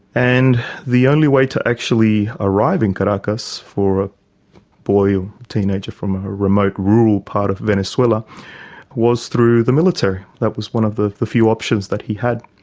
and the only way to actually arrive in caracas for a boy or teenager from a remote rural part of venezuela was through the military that was one of the the few options that he had,